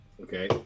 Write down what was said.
Okay